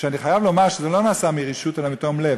שאני חייב לומר שהוא לא נעשה מרשעות אלא מתום לב.